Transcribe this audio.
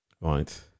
Right